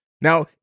Now